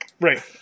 Right